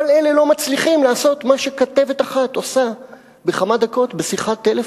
כל אלה לא מצליחות לעשות מה שכתבת אחת עושה בכמה דקות בשיחת טלפון.